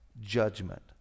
judgment